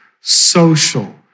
social